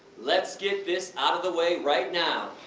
let's get this out of the way right now.